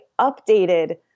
updated